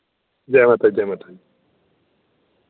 जै माता दी जै माता दी